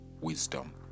wisdom